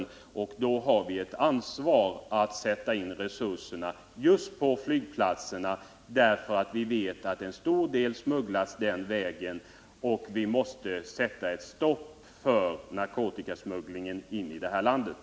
I det avseendet har vi nu ett ansvar för att spaningsresurserna sätts in just på flygplatserna. Vi vet nämligen att en stor del av narkotikan numera smugglas in den vägen. Vi måste sätta ett stopp för narkotikasmugglingen i det här landet.